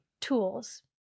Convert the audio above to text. tools